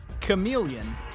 Chameleon